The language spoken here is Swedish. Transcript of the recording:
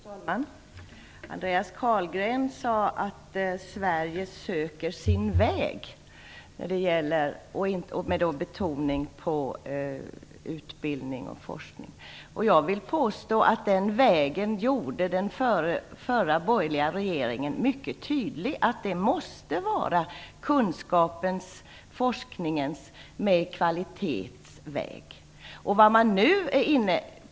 Fru talman! Andreas Carlgren sade att Sverige söker sin väg med betoning på utbildning och forskning. Jag vill påstå att den förra borgerliga regeringen gjorde mycket tydligt att det måste vara en väg byggd på kvalitet i kunskap och forskning.